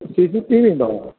C C T V ഉണ്ടോ